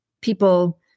people